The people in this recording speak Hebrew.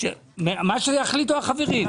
מה שיחליטו החברים.